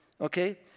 Okay